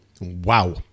Wow